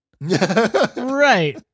Right